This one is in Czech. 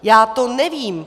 Já to nevím.